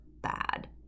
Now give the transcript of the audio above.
bad